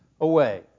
away